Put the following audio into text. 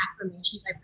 affirmations